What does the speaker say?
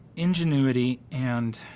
ingenuity. and.